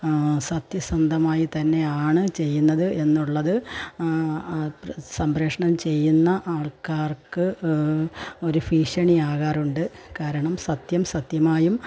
സത്യസന്ധമായി തന്നെയാണ് ചെയ്യുന്നത് എന്നുള്ളത് സംപ്രേഷണം ചെയ്യുന്ന ആൾക്കാർക്ക് ഒരു ഭീഷണി ആകാറുണ്ട് കാരണം സത്യം സത്യമായും